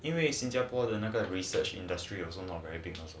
因为新加坡的那个 research industry also not very big